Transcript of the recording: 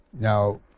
Now